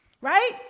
right